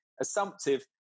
assumptive